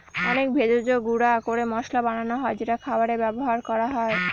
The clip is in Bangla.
অনেক ভেষজকে গুঁড়া করে মসলা বানানো হয় যেটা খাবারে ব্যবহার করা হয়